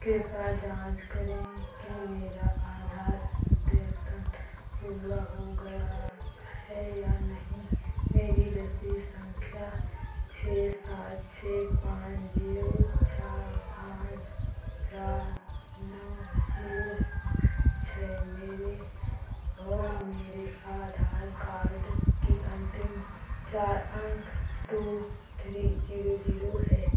कृपया जाँच करें कि मेरा आधार अद्यतन पूरा हो गया है या नहीं मेरी रसीद संख्या छः सात छः पाँच जीरो छः पाँच चार नौ जीरो छः मेरे और मेरे आधार कार्ड के अंतिम चार अंक टू थ्री जीरो जीरो है